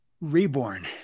reborn